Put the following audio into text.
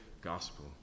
gospel